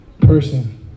person